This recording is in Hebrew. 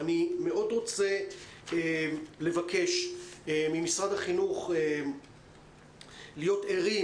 אני רוצה מאוד לבקש ממשרד החינוך להיות ערים